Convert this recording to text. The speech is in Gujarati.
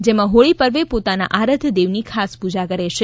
જેમાહોળી પર્વે પોતાના આરાધ્યદેવની ખાસ પૂજા કરે છે